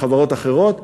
עם חברות אחרות.